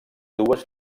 dues